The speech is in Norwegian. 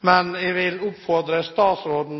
men ikke minst snakke varmt om